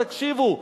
תקשיבו.